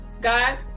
God